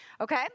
okay